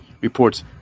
reports